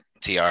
TR